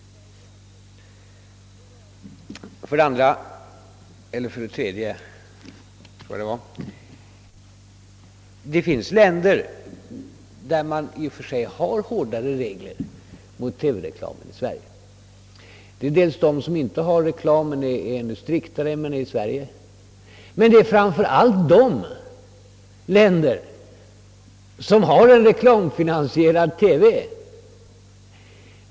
För det tredje finns det länder med hårdare regler om TV-reklam än Sverige. Det gäller dels länder med ännu striktare förbud mot reklam än Sverige, dels och framför allt länder som har en reklamfinansierad TV.